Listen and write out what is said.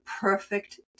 perfect